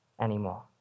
anymore